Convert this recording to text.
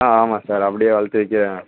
ஆ ஆமாம் சார் அப்படியே வளர்த்து விற்கிறது தான்